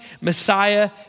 Messiah